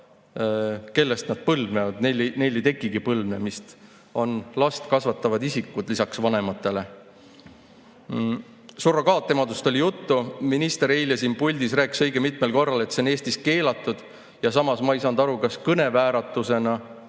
kellest nad põlvnevad, neil ei tekigi põlvnemist, on last kasvatavad isikud lisaks vanematele. Surrogaatemadusest oli juttu. Minister eile siin puldis rääkis õige mitmel korral, et see on Eestis keelatud, ja samas ma ei saanud aru, kas kõnevääratusena